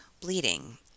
bleeding